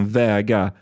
väga